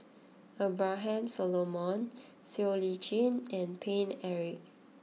Abraham Solomon Siow Lee Chin and Paine Eric